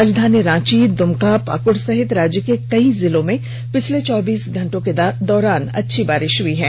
राजधानी रांची दुमका पाकुड़ सहित राज्य के कई जिलों में पिछले चौबीस घंटे के दौरान अच्छी बारिश हई है